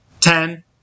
ten